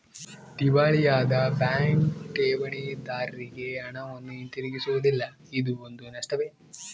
ದಿವಾಳಿಯಾದ ಬ್ಯಾಂಕ್ ಠೇವಣಿದಾರ್ರಿಗೆ ಹಣವನ್ನು ಹಿಂತಿರುಗಿಸುವುದಿಲ್ಲ ಇದೂ ಒಂದು ನಷ್ಟವೇ